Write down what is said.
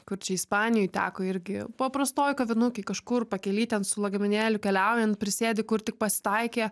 kur čia ispanijoj teko irgi paprastoj kavinukėj kažkur pakely ten su lagaminėliu keliaujant prisėdi kur tik pasitaikė